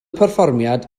perfformiad